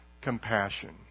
compassion